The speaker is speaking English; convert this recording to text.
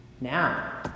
Now